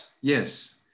Yes